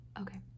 okay